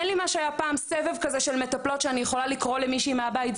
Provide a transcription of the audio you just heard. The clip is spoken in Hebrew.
אין לי מה שהיה פעם סבב כזה של מטפלות שאני יכולה לקרוא למישהי מהבית,